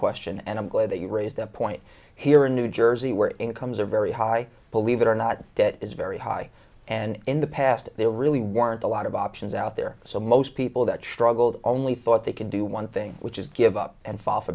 question and i'm glad that you raised a point here in new jersey where incomes are very high believe it or not that is very high and in the past there really weren't a lot of options out there so most people that struggled only thought they could do one thing which is give up and fall for